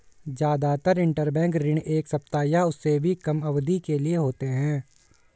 जादातर इन्टरबैंक ऋण एक सप्ताह या उससे भी कम अवधि के लिए होते हैं